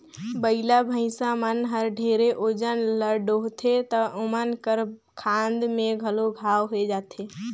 बइला, भइसा मन हर ढेरे ओजन ल डोहथें त ओमन कर खांध में घलो घांव होये जाथे